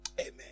Amen